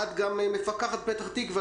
את המפקחת בפתח תקווה,